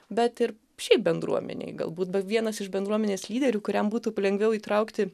bet ir šiaip bendruomenei galbūt bet vienas iš bendruomenės lyderių kuriam būtų lengviau įtraukti